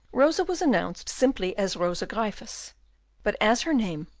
rosa was announced simply as rosa gryphus but as her name,